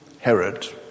Herod